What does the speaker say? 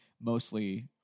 mostly